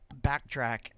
Backtrack